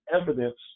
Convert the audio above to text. evidence